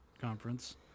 Conference